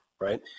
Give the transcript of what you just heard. Right